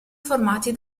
formati